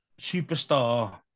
superstar